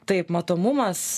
taip matomumas